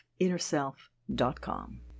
InnerSelf.com